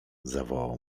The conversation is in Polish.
zawołał